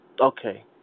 Okay